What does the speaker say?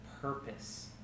purpose